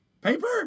Paper